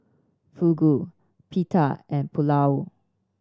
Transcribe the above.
Fugu Pita and Pulao